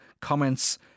comments